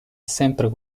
sempre